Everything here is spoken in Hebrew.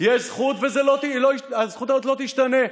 יש זכות, והזכות הזאת לא תשתנה,